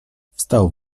wstał